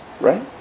Right